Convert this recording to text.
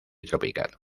tropical